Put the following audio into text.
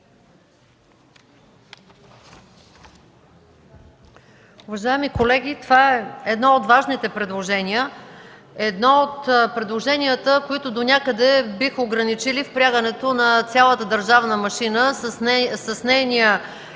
Уважаеми колеги, това е едно от важните предложения. Едно от предложенията, които донякъде биха ограничили впрягането на цялата държавна машина с нейния